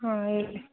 ಹಾಂ ಹೇಳಿ